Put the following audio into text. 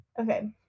Okay